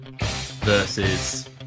versus